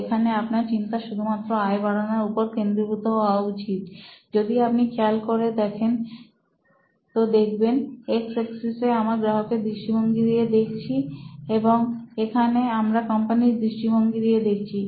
এখানে আপনার চিন্তা শুধুমাত্র আয় বাড়ানোর ওপর কেন্দ্রীভূত হওয়া উচিত যদি আপনি খেয়াল করেন দেখবেন এক্স এক্সিসে আমরা গ্রাহকের দৃষ্টিভঙ্গি দিয়ে দেখছি এবং এখানে আমরা কোম্পানির দৃষ্টিভঙ্গি দিয়ে দেখছি